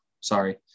sorry